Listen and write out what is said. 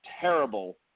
terrible